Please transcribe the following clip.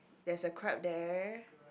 there's a crab there